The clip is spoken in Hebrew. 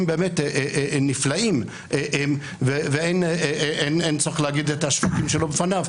באמת נפלאים ואין צורך לומר שבחיו בפניו.